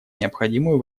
необходимую